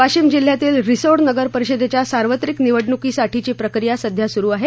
वाशिम जिल्ह्यातील रिसोड नगर परिषदेच्या सार्वत्रिक निवडणुकी साठीची प्रक्रिया सध्या सुरु आहे